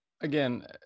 Again